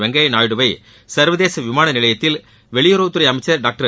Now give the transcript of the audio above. வெங்கையா நாயுடுவை சா்வதேச விமான நிலையத்தில் வெளியுறவுத்துறை அமைச்சா் டாக்டர்